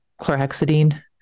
chlorhexidine